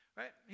right